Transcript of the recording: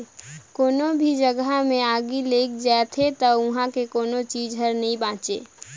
कोनो भी जघा मे आगि लइग जाथे त उहां के कोनो चीच हर नइ बांचे